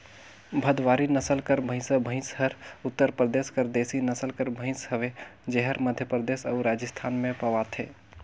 भदवारी नसल कर भंइसा भंइस हर उत्तर परदेस कर देसी नसल कर भंइस हवे जेहर मध्यपरदेस अउ राजिस्थान में पवाथे